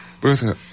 Bertha